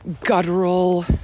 guttural